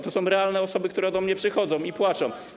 To są realne osoby, które do mnie przychodzą i płaczą.